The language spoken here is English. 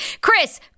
Chris